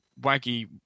waggy